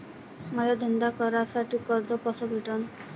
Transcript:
मले धंदा करासाठी कर्ज कस भेटन?